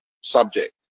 subject